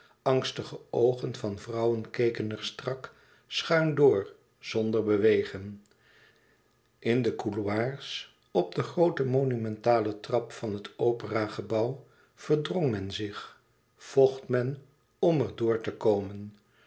angstige oogen van vrouwen keken er strak schuin door zonder bewegen in de couloirs op de groote monumentale trap van het opera gebouw verdrong men zich vocht men om er door te komen